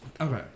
Okay